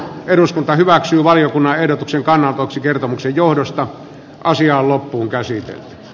eduskunta hyväksyy valiokunnan ehdotuksen kannalla kertomuksen johdosta asiaa loppuun käsine